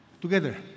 together